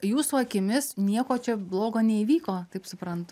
jūsų akimis nieko čia blogo neįvyko taip suprantu